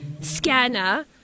scanner